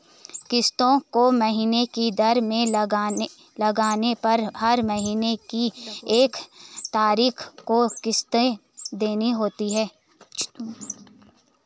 किस्तों को महीने की दर से लगवाने पर हर महीने की एक तारीख को किस्त देनी होती है